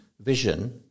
vision